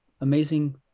amazing